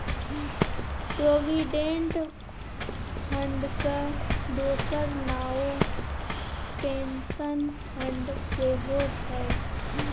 provident फंडक दोसर नाओ पेंशन फंड सेहौ छै